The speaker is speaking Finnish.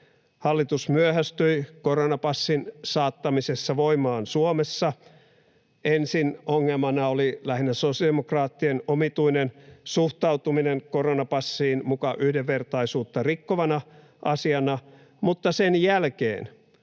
hallitus myöhästyi koronapassin saattamisessa voimaan Suomessa. Ensin ongelmana oli lähinnä sosiaalidemokraattien omituinen suhtautuminen koronapassiin muka yhdenvertaisuutta rikkova asiana, mutta sen jälkeen